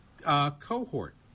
cohort